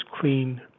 clean